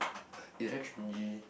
you know Kenji